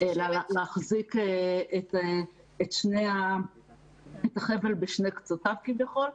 להחזיק את החבל בשני קצותיו כביכול.